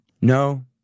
No